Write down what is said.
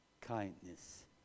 kindness